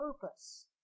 purpose